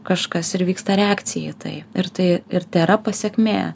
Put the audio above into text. kažkas ir vyksta reakcija į tai ir tai ir tėra pasekmė